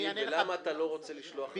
ולמה אתה לא רוצה לשלוח רשום?